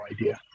idea